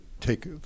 take